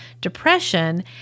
depression